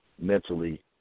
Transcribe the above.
mentally